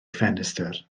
ffenestr